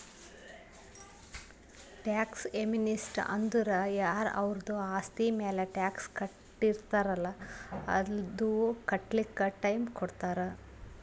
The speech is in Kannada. ಟ್ಯಾಕ್ಸ್ ಯೇಮ್ನಿಸ್ಟಿ ಅಂದುರ್ ಯಾರ ಅವರ್ದು ಆಸ್ತಿ ಮ್ಯಾಲ ಟ್ಯಾಕ್ಸ್ ಕಟ್ಟಿರಲ್ಲ್ ಅದು ಕಟ್ಲಕ್ ಟೈಮ್ ಕೊಡ್ತಾರ್